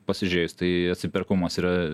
pasižiūrėjus tai atsiperkamumas yra